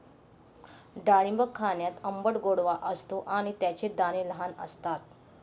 डाळिंब खाण्यात आंबट गोडवा असतो आणि त्याचे दाणे लहान असतात